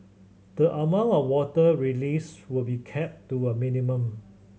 the amount of water released will be kept to a minimum